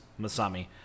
Masami